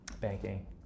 Banking